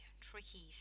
tricky